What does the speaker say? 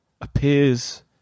Appears